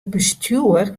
bestjoer